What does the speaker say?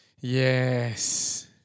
Yes